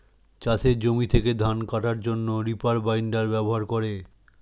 চাষের জমি থেকে ধান কাটার জন্যে রিপার বাইন্ডার ব্যবহার করে